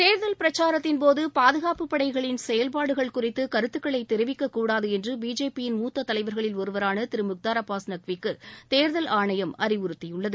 தேர்தல் பிரச்சாரத்தின் போது பாதுகாப்புப் படைகளின் செயல்பாடுகள் குறித்து கருத்துக்களைத் தெரிவிக்கக்கூடாது என்று பிஜேபி யின் மூத்த தலைவர்களில் ஒருவரான திரு முக்தார் அபாஸ் நக்விக்கு தேர்தல் ஆணையம் அறிவுறுத்தியுள்ளது